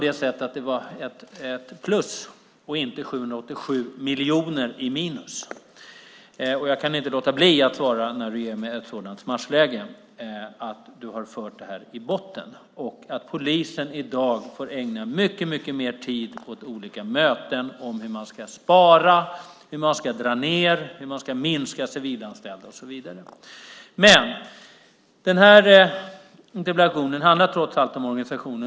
Det var ett plus och inte 787 miljoner i minus. Jag kan inte låta bli att svara, när du ger mig ett sådant smashläge, att du har fört detta i botten. Polisen får i dag ägna mycket mer tid åt möten om hur man ska spara, hur man ska dra ned, hur man ska minska antalet civilanställda och så vidare. Interpellationen handlar trots allt om organisationen.